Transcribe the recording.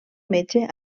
metge